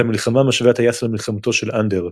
את המלחמה משווה הטייס למלחמתו של אנדר,